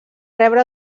rebre